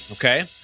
Okay